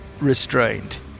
restrained